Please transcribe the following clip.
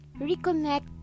reconnect